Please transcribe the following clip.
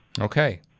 Okay